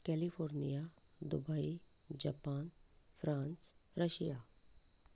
California Dubai Japan France Russia